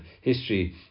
history